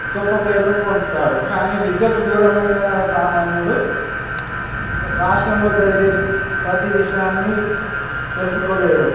గొప్ప పేరు పొందుతాడు కానీ విద్యకు దూరమైన సామాన్యుడు రాష్ట్రంలో జరిగే ప్రతి విషయాన్ని తెలుసుకోలేడు